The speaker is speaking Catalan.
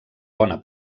bona